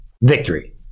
victory